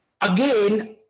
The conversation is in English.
again